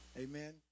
Amen